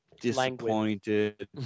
disappointed